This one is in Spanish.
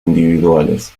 individuales